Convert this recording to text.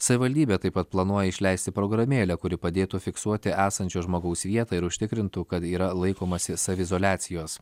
savivaldybė taip pat planuoja išleisti programėlę kuri padėtų fiksuoti esančio žmogaus vietą ir užtikrintų kad yra laikomasi saviizoliacijos